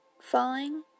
falling